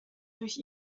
durch